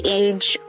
age